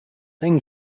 then